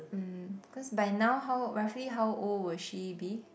mm cause by now how roughly how old will she be